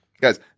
Guys